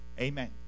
amen